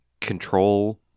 control